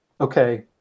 okay